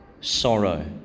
sorrow